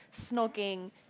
snogging